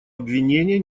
обвинения